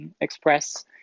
express